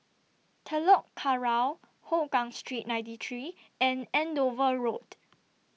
Telok Kurau Hougang Street ninety three and Andover Road